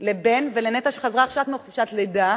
לבן ולנטע שחזרה עכשיו מחופשת לידה.